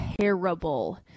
terrible